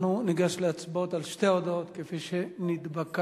אנחנו ניגש להצבעות על שתי ההודעות, כפי שנתבקשנו.